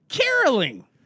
Caroling